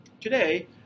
Today